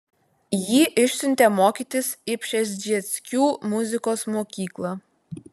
jį išsiuntė mokytis į pšezdzieckių muzikos mokyklą